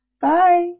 Bye